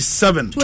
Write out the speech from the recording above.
seven